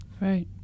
right